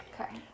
okay